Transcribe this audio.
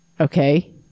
Okay